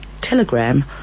telegram